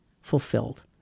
fulfilled